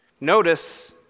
Notice